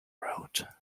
road